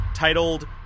Titled